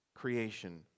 creation